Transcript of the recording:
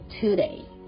today